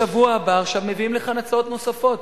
בשבוע הבא מביאים לכאן הצעות נוספות: